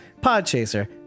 Podchaser